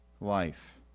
life